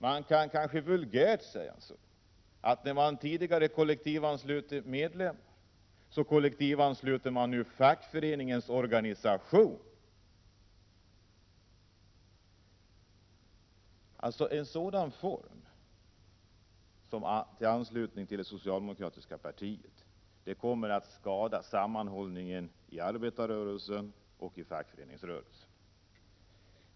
Man kan kanske vulgärt säga man tidigare kollektivanslöt man medlemmar och att man nu vill kollektivansluta fackföreningens organisation. En sådan form av anslutning till det socialdemokratiska partiet kommer att skada sammanhållningen i arbetarrörelsen och i fackföreningsrörelsen.